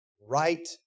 right